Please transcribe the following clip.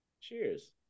Cheers